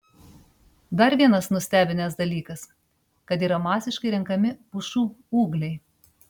dar vienas nustebinęs dalykas kad yra masiškai renkami pušų ūgliai